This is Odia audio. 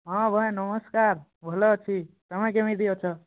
ହଁ ଭାଇ ନମସ୍କାର ଭଲ ଅଛି ତୁମେ କେମିତି ଅଛ